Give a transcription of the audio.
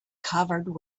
covered